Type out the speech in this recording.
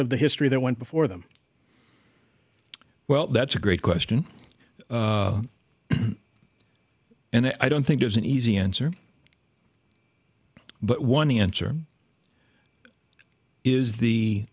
of the history that went before them well that's a great question and i don't think there's an easy answer but one answer is the